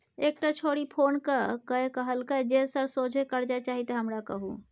एकटा छौड़ी फोन क कए कहलकै जे सर सोझे करजा चाही त हमरा कहु